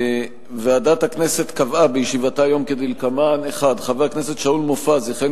ועדת הכנסת קבעה בישיבתה היום כדלקמן: 1. חבר הכנסת שאול מופז יכהן